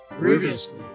Previously